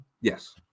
Yes